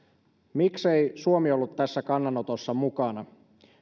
miksei suomi ollut tässä kannanotossa mukana